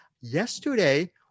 Yesterday